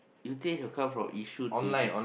you think he will come from Yishun to here